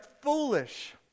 foolish